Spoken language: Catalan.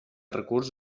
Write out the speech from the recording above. recurs